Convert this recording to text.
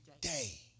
day